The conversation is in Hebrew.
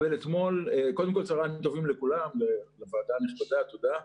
קודם כל צהריים טובים לכולם ולוועדה הנכבדה תודה.